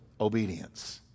obedience